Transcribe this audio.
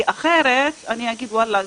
כי אחרת אני אגיד: ואללה,